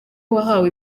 wahawe